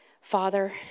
Father